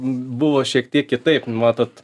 buvo šiek tiek kitaip matot